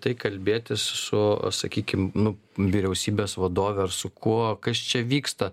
tai kalbėtis su sakykim nu vyriausybės vadove ar su kuo kas čia vyksta